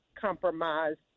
compromised